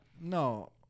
No